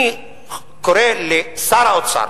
אני קורא לשר האוצר